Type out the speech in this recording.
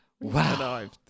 wow